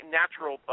natural